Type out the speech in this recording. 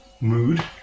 mood